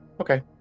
Okay